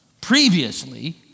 Previously